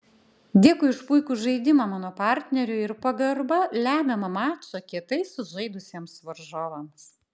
dėkui už puikų žaidimą mano partneriui ir pagarba lemiamą mačą kietai sužaidusiems varžovams